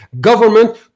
government